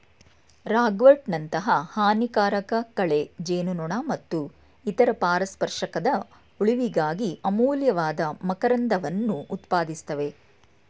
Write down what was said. ರಾಗ್ವರ್ಟ್ನಂತಹ ಹಾನಿಕಾರಕ ಕಳೆ ಜೇನುನೊಣ ಮತ್ತು ಇತರ ಪರಾಗಸ್ಪರ್ಶಕದ ಉಳಿವಿಗಾಗಿ ಅಮೂಲ್ಯವಾದ ಮಕರಂದವನ್ನು ಉತ್ಪಾದಿಸ್ತವೆ